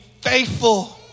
faithful